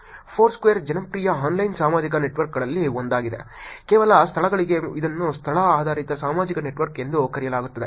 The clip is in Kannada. ಫೋರ್ಸ್ಕ್ವೇರ್ ಜನಪ್ರಿಯ ಆನ್ಲೈನ್ ಸಾಮಾಜಿಕ ನೆಟ್ವರ್ಕ್ಗಳಲ್ಲಿ ಒಂದಾಗಿದೆ ಕೇವಲ ಸ್ಥಳಗಳಿಗೆ ಇದನ್ನು ಸ್ಥಳ ಆಧಾರಿತ ಸಾಮಾಜಿಕ ನೆಟ್ವರ್ಕ್ ಎಂದು ಕರೆಯಲಾಗುತ್ತದೆ